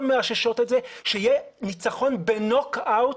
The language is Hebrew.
מאוששות את זה שיהיה ניצחון בנוק אאוט